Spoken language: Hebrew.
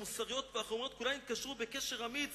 המוסריות והחומריות, כולן התקשרו בקשר אמיץ